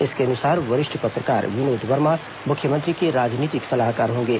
इसके अनुसार वरिष्ठ पत्रकार विनोद वर्मा मुख्यमंत्री के राजनीतिक सलाहकार होंगे